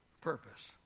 purpose